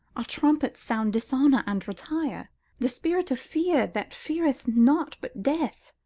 our trumpets sound dishonor and retire the spirit of fear, that feareth nought but death,